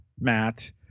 Matt